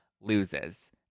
loses